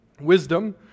wisdom